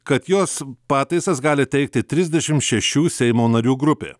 kad jos pataisas gali teikti trisdešimt šešių seimo narių grupė